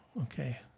Okay